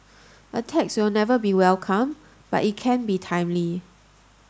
a tax will never be welcome but it can be timely